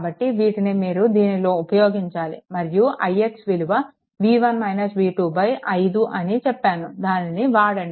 కాబట్టి వాటిని మీరు దీనిలో ఉపయోగించాలి మరియు ix విలువ 5 అని చెప్పాను దానిని వాడండి